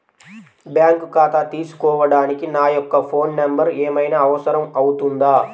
Bank ఖాతా తీసుకోవడానికి నా యొక్క ఫోన్ నెంబర్ ఏమైనా అవసరం అవుతుందా?